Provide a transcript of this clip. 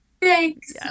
Thanks